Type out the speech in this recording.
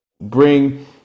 bring